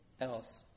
else